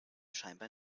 scheinbar